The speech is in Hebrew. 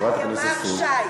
חברת הכנסת סטרוק,